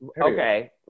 Okay